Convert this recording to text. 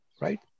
right